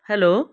hello